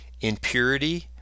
impurity